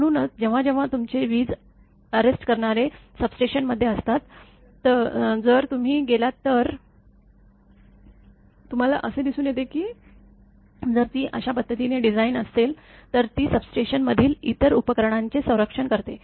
म्हणूनच जेव्हा जेव्हा तुमचे वीज अटक करणारे सबस्टेशनमध्ये असतात जर तुम्ही गेलात तर तुम्हाला असे दिसून येते की जर ती अशा पद्धतीने डिझाईन असेल तर ती सबस्टेशनमधील इतर उपकरणांचे संरक्षण करते